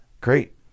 Great